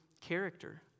character